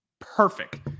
Perfect